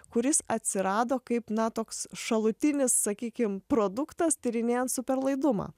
kuris atsirado kaip na toks šalutinis sakykim produktas tyrinėjant superlaidumą